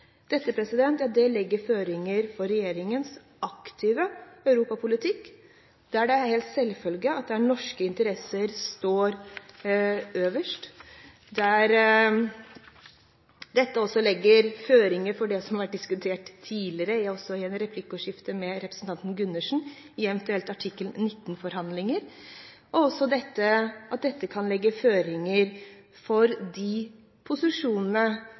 legger føringer for regjeringens aktive europapolitikk, der det er helt selvfølgelig at norske interesser står øverst, og der dette også legger føringer for eventuelle artikkel 19-forhandlinger – som har vært diskutert tidligere i et replikkordskifte med representanten Gundersen.